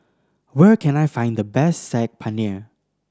where can I find the best Saag Paneer